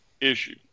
issue